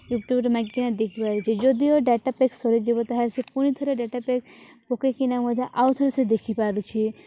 ୟୁଟ୍ୟୁବ୍ରେ ମାଗିକିନା ଦେଖିପାରୁଛି ଯଦିଓ ଡାଟା ପ୍ୟାକ୍ ସରିଯିବ ତା'ହେଲେ ସେ ପୁଣିଥରେ ଡାଟା ପ୍ୟାକ୍ ପକେଇକିନା ମଧ୍ୟ ଆଉ ଥରେ ସେ ଦେଖିପାରୁଛି